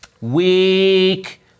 weak